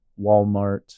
Walmart